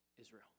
Israel